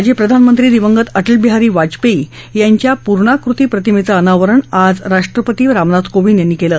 माजी प्रधानमंत्री दिवंगत अटलबिहारी वाजपेयी यांच्या पूर्णाकृती प्रतिमेचं अनावरण आज राष्ट्रपती रामनाथ कोविंद यांनी केलं